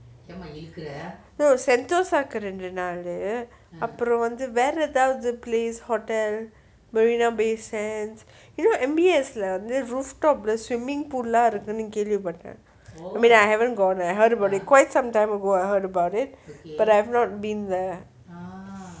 no sentosa கு ரெண்டு நாளு அப்ரோ வேற எங்கயாவது:ku rendu naalu apro vera engayavathu place hotel marina bay sands you know m_b_s ல வந்து:la vanthu rooftop leh swimming pool லாம் இருக்குனு கேள்வி பட்டேன்:lam irukkunnu kelvi patten I mean I haven't gone there I heard about it quite sometime ago I heard about it but I have not been there